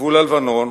בגבול הלבנון,